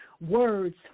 words